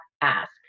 ask